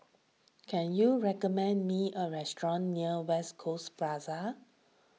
can you recommend me a restaurant near West Coast Plaza